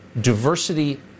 Diversity